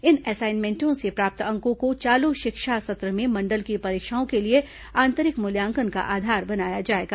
इन असाइनमेंटों से प्राप्त अंकों को चालू शिक्षा सत्र में मंडल की परीक्षाओं के लिए आंतरिक मूल्यांकन का आधार बनाया जाएगा